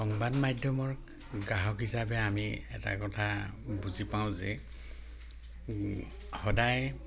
সংবাদ মাধ্যমৰ গ্ৰাহক হিচাপে আমি এটা কথা বুজি পাওঁ যে সদায়